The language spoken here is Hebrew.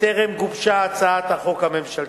בטרם גובשה הצעת החוק הממשלתית.